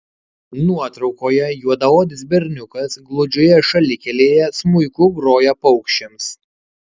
nuotraukoje juodaodis berniukas gludžioje šalikelėje smuiku groja paukščiams